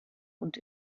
und